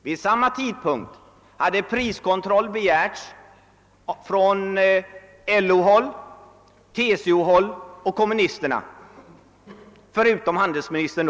Vid samma tidpunkt hade priskontroll begärts förutom av handelsministern även av LO, TCO och kommunisterna.